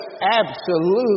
absolute